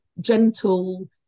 gentle